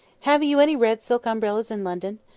have you any red silk umbrellas in london?